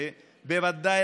כשבוודאי,